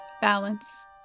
Balance